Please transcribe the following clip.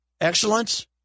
excellence